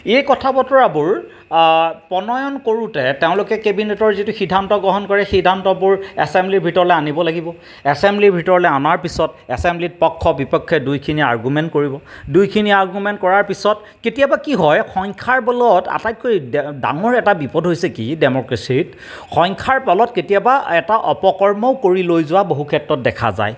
এই কথা বতৰাবোৰ প্ৰণয়ন কৰোঁতে তেওঁলোকে কেবিনেটৰ যিটো সিদ্ধান্ত গ্ৰহণ কৰে সিদ্ধান্তবোৰ এছেম্ব্লিৰ ভিতৰলৈ আনিব লাগিব এছেম্ব্লিৰ ভিতৰলৈ অনাৰ পাছত এছেম্ব্লিত পক্ষ বিপক্ষে দুইখিনিয়ে আৰগুমেণ্ট কৰিব দুইখিনিয়ে আৰগুমেণ্ট কৰাৰ পিছত কেতিয়াবা কি হয় সংখ্যাৰ বলত আটাইতকৈ ডাঙৰ এটা বিপদ হৈছে কি ডেম'ক্ৰেচিত সংখ্যাৰ বলত কেতিয়াবা এটা অপকৰ্মও কৰি লৈ যোৱা বহু ক্ষেত্ৰত দেখা যায়